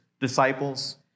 disciples